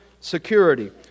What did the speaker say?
security